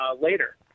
later